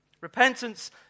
repentance